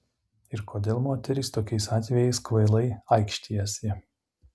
ir kodėl moterys tokiais atvejais kvailai aikštijasi